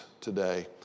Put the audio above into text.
Today